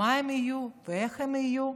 מה הם יהיו ואיך הם יהיו?